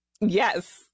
yes